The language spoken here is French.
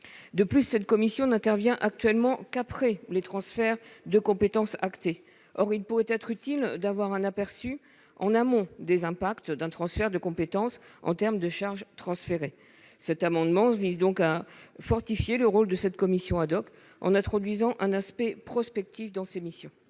cette commission n'intervient qu'une fois les transferts de compétences actés. Or il pourrait être utile d'avoir un aperçu en amont des impacts d'un transfert de compétences en termes de charges transférées. Cet amendement tend à fortifier le rôle de cette commission, en introduisant un volet prospectif dans ses missions.